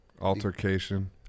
Altercation